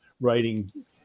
writing